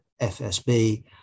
FSB